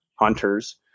hunters